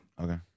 okay